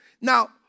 Now